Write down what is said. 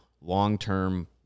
long-term